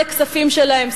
אלה כספים שלהם.